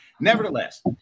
nevertheless